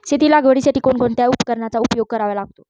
शेती लागवडीसाठी कोणकोणत्या उपकरणांचा उपयोग करावा लागतो?